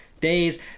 days